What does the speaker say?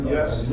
Yes